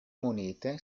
monete